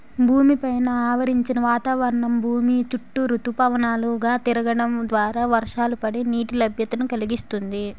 భూమి పైన ఆవరించిన వాతావరణం భూమి చుట్టూ ఋతుపవనాలు గా తిరగడం ద్వారా వర్షాలు పడి, నీటి లభ్యతను కలిగిస్తుంది